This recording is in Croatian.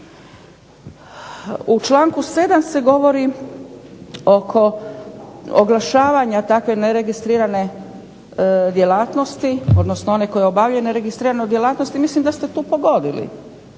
U članku 7. se govori oko oglašavanja takve neregistrirane djelatnosti, odnosno one koji obavljaju neregistriranu djelatnost, i mislim da ste tu pogodili.